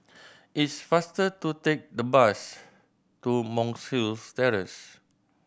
it's faster to take the bus to Monk's Hill Terrace